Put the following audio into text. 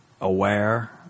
aware